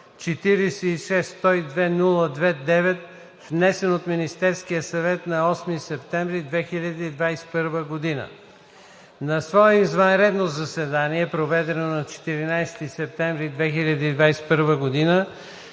46-102-02-9, внесен от Министерския съвет на 8 септември 2021 г. На свое извънредно заседание, проведено на 14 септември 2021 г.,